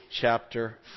chapter